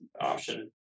option